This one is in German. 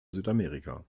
südamerika